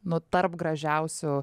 nu tarp gražiausių